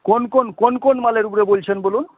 কোন কোন কোন কোন মালের উপরে বলছেন বলুন